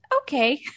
okay